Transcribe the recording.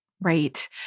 right